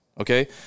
Okay